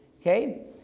Okay